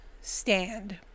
stand